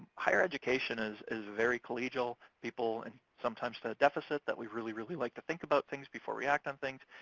higher education is is very collegial. people, and sometimes to a deficit, that we really, really like to think about things before we act on things.